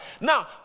Now